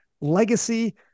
legacy